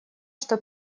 что